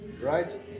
right